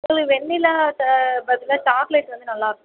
உங்களுக்கு வெண்ணிலா பதிலாக சாக்லேட் வந்து நல்லா இருக்கும்